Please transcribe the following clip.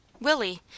Willie